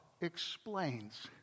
explains